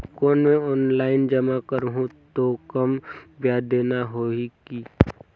कौन मैं ऑफलाइन जमा करहूं तो कम ब्याज देना होही की?